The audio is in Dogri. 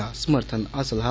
दा समर्थन हासल ऐ